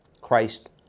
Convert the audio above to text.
Christ